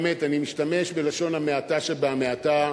באמת, אני משתמש בלשון המעטה שבהמעטה,